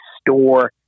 store